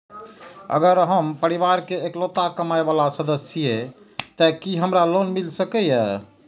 अगर हम परिवार के इकलौता कमाय वाला सदस्य छियै त की हमरा लोन मिल सकीए?